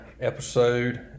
episode